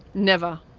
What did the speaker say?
never,